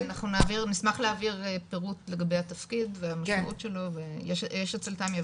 נשמח להעביר מסמך עם פירוט לגבי התפקיד והמשמעות שלו ויש אצל תמי,